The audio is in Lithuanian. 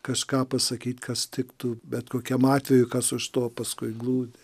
kažką pasakyt kas tiktų bet kokiam atvejui kas už to paskui glūdi